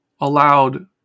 allowed